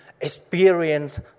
experience